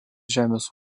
žemės